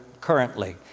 currently